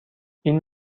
این